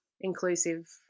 inclusive